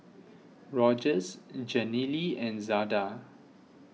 Rogers Jenilee and Zada